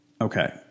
Okay